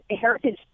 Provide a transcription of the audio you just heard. heritage